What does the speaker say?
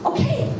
Okay